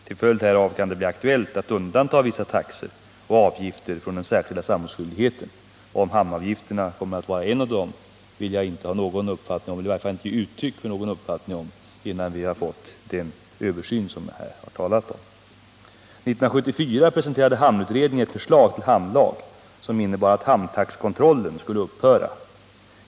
Till följd härav kan det bli aktuellt att undanta vissa taxor och avgifter från den särskilda samrådsskyldigheten. Om hamnavgifterna kommer att vara en av dessa vill jag inte uttala mig om, innan vi har fått den översyn som jag här har talat om. 1974 presenterade hamnutredningen ett förslag till hamnlag som innebar att hamntaxekontrollen skulle upphöra.